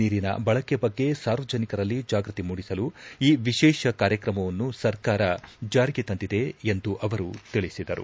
ನೀರಿನ ಬಳಕೆ ಬಗ್ಗೆ ಸಾರ್ವಜನಿಕರಲ್ಲಿ ಜಾಗೃತಿ ಮೂಡಿಸಲು ಈ ವಿಶೇಷ ಕಾರ್ಯಕ್ರಮವನ್ನು ಸರ್ಕಾರ ಜಾರಿಗೆ ತಂದಿದೆ ಎಂದು ಅವರು ತಿಳಿಸಿದರು